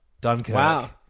Dunkirk